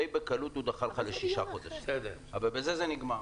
די בקלות הוא דחה לך לשישה חודשים אבל בזה זה נגמר.